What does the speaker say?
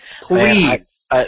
please